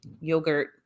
Yogurt